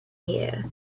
here